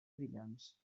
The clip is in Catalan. brillants